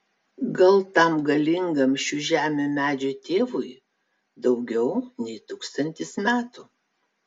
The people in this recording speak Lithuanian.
gal tam galingam šių žemių medžių tėvui daugiau nei tūkstantis metų